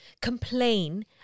complain